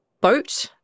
boat